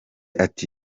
ati